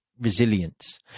resilience